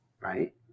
right